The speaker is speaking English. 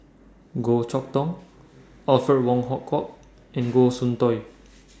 Goh Chok Tong Alfred Wong Hong Kwok and Goh Soon Tioe